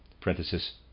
parenthesis